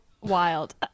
wild